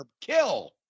kill